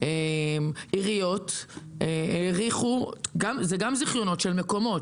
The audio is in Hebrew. עיריות האריכו זיכיונות של מקומות.